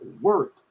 work